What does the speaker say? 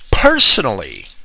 personally